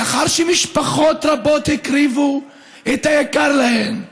לאחר שמשפחות רבות הקריבו את היקר להן מכול,